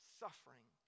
suffering